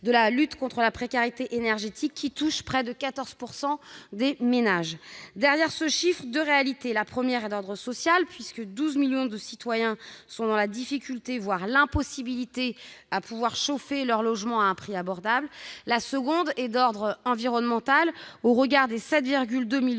de la lutte contre la précarité énergétique, qui touche près de 14 % des ménages. Derrière ce chiffre, il y a deux réalités : la première est d'ordre social, puisque 12 millions de citoyens sont dans la difficulté, voire l'impossibilité de pouvoir chauffer leur logement à un prix abordable. La seconde est d'ordre environnemental, au regard des 7,2 millions